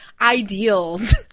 ideals